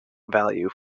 value